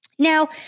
Now